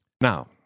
Now